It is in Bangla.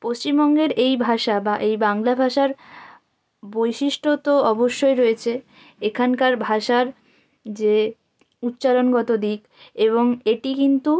পশ্চিমবঙ্গের এই ভাষা বা এই বাংলা ভাষার বৈশিষ্ট্য তো অবশ্যই রয়েছে এখানকার ভাষার যে উচ্চারণগত দিক এবং এটি কিন্তু